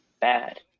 bad